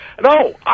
No